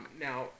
Now